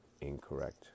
incorrect